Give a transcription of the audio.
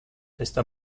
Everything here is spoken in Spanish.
esta